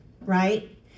right